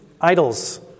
idols